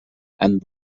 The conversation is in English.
and